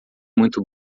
muito